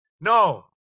No